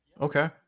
okay